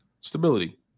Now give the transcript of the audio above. stability